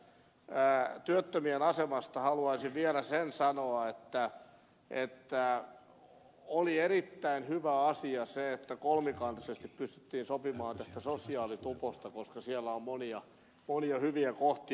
mutta työttömien asemasta haluaisin vielä sen sanoa että oli erittäin hyvä asia se että kolmikantaisesti pystyttiin sopimaan tästä sosiaalituposta koska siellä on monia hyviä kohtia